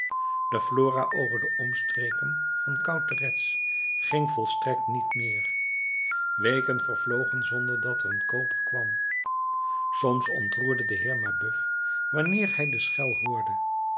de flora over de omstreken van cauteretz ging volstrekt niet meer weken vervlogen zonder dat er een kooper kwam soms ontroerde de heer mabeuf wanneer hij de schel hoorde